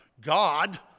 God